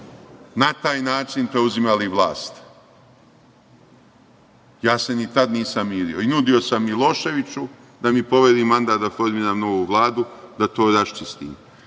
na taj način preuzimali vlast. Ja se ni tad nisam mirio i nudio sam Miloševiću da mi poveri mandat da formiram novu vladu da to raščistim.